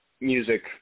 music